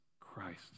Christ